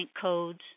codes